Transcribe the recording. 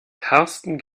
karsten